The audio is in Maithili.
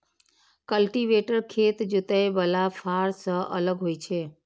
कल्टीवेटर खेत जोतय बला फाड़ सं अलग होइ छै